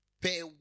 pay